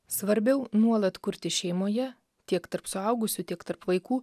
svarbiau nuolat kurti šeimoje tiek tarp suaugusių tiek tarp vaikų